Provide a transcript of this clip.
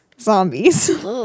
zombies